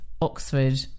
oxford